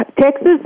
Texas